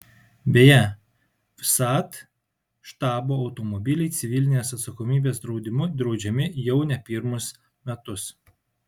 beje vsat štabo automobiliai civilinės atsakomybės draudimu draudžiami jau ne pirmus metus